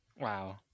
Wow